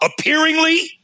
appearingly